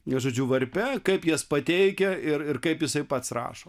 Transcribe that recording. jo žodžiu varpe kaip jas pateikia ir ir kaip jisai pats rašo